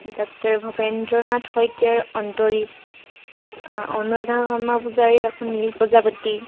doctor Bhabendranath শইকীয়াৰ অন্তৰীপ অনুৰাধা শৰ্মা পূজাৰীৰ আকৌ নীল প্ৰজাপতি